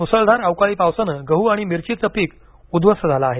मुसळधार अवकाळी पावसाने गहू आणि मिरचीचं पीक उध्वस्त झालं आहे